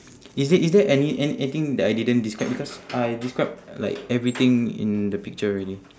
is there is there any~ any~ anything that I didn't describe because I describe like everything in the picture already